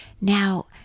Now